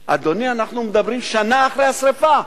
אדוני, אנחנו מדברים שנה אחרי השרפה.